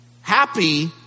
Happy